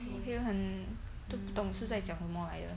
you feel 很不懂是在讲什么来的